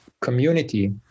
community